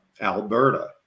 Alberta